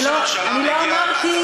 אני לא אמרתי,